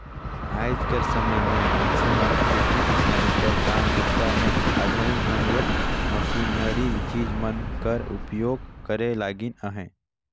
आएज कर समे मे मइनसे मन खेती किसानी कर काम बूता मे आधुनिक ढंग ले मसीनरी चीज मन कर उपियोग करे लगिन अहे